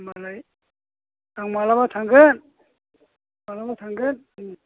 होनबालाय आं माब्लाबा थांगोन